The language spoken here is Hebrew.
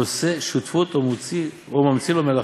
או עושה שותפות, או ממציא לו מלאכה,